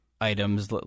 items